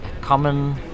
common